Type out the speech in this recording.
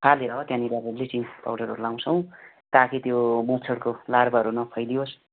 फालेर त्यहाँनिर अब ब्लिचिङ पाउडरहरू लगाउँछौँ ताकि त्यो मच्छरको लार्भाहरू नफैलियोस्